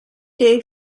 day